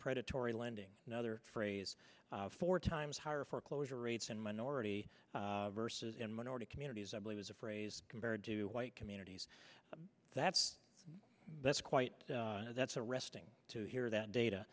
predatory lending another phrase four times higher foreclosure rates and minority versus in minority communities i believe is a phrase compared to white communities that's that's quite that's arresting to hear that data